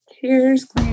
Cheers